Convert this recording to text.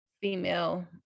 female